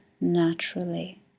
naturally